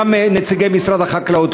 נציגי משרד החקלאות.